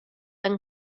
yng